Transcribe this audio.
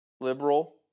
liberal